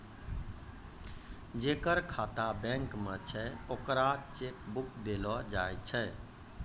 जेकर खाता बैंक मे छै ओकरा चेक बुक देलो जाय छै